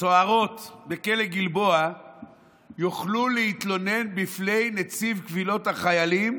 סוהרות בכלא גלבוע יוכלו להתלונן בפני נציב קבילות החיילים